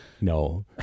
No